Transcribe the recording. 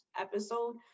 episode